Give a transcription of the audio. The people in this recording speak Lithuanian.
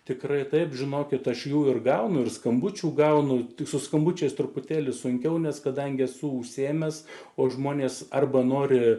tikrai taip žinokit aš jų ir gaunu ir skambučių gaunu tik su skambučiais truputėlį sunkiau nes kadangi esu užsiėmęs o žmonės arba nori